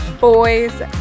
Boys